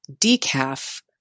decaf